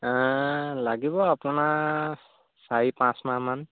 লাগিব আপোনাৰ চাৰি পাঁচ মাহ মান